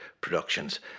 Productions